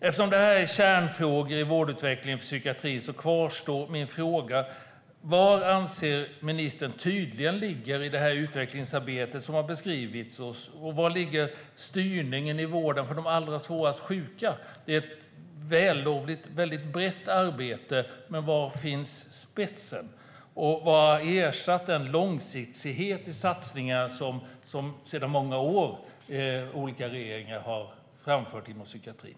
Eftersom detta är kärnfrågor i vårdutvecklingen för psykiatrin kvarstår min fråga: Var anser ministern att tydligheten ligger i det utvecklingsarbete som har beskrivits, och var ligger styrningen i vården för de allra svårast sjuka? Det är ett vällovligt, mycket brett arbete, men var finns spetsen? Och vad har ersatt den långsiktighet i satsningar som olika regeringar sedan många år har haft inom psykiatrin?